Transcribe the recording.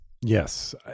Yes